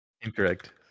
incorrect